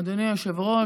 אדוני היושב-ראש,